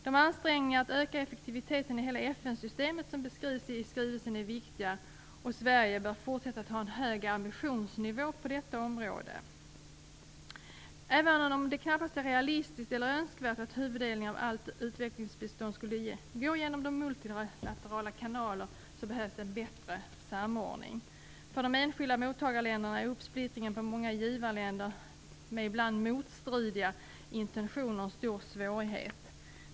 De ansträngningar att öka effektiviteten i hela FN-systemet som beskrivs i skrivelsen är viktiga, och Sverige bör fortsätta att ha en hög ambitionsnivå på detta område. Även om det knappast är realistiskt eller önskvärt att huvuddelen av allt utvecklingsbistånd skulle gå genom multilaterala kanaler behövs det en bättre samordning. För de enskilda mottagarländerna är uppsplittringen på många givarländer med ibland motstridiga intentioner en stor svårighet.